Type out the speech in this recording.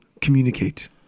communicate